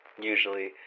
Usually